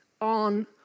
on